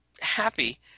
happy